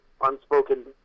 unspoken